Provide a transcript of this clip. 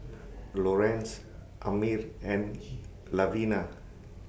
Lorenz Amir and Lavina